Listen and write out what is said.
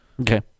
okay